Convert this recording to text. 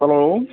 hello